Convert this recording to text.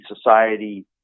society